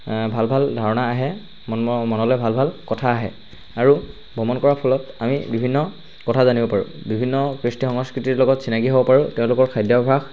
ভাল ভাল ধাৰণা আহে মনলৈ ভাল ভাল কথা আহে আৰু ভ্ৰমণ কৰাৰ ফলত আমি বিভিন্ন কথা জানিব পাৰোঁ বিভিন্ন কৃষ্টি সংস্কৃতিৰ ক্ষেত্ৰত চিনাকি হ'ব পাৰোঁ তেওঁলোকৰ খাদ্যাভাস